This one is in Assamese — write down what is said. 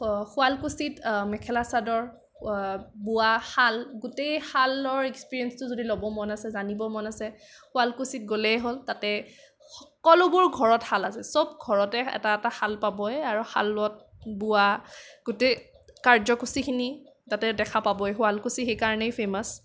শুৱালকুছিত মেখেলা চাদৰ বোৱাশাল গোটেই শালৰ এক্সপেৰিয়েঞ্চটো যদি ল'ব মন আছে জানিব মন আছে শুৱালকুছিত গলেই হ'ল তাত সকলোবোৰ ঘৰত শাল আছে চব ঘৰতে এটা এটা শাল পাবই আৰু এটা এটা শালত বোৱা গোটেই কাৰ্যসূচীখিনি তাতে দেখা পাবই শুৱালকুছি সেইকাৰণেই ফেমাছ